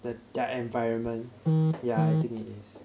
the~ their environment yeah I think it is